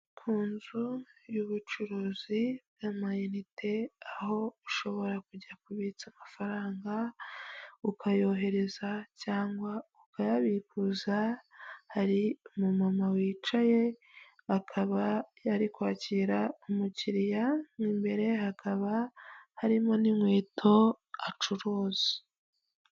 Ku nzu y'ubucuruzi bw'ama inite, aho ushobora kujya kubitsa amafaranga, ukayohereza, cyangwa ukayabikuza. Hari umu mama wicaye, akaba ari kwakira umukiriya. Imbere hakaba harimo n'inkweto acuruza.